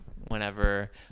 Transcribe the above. whenever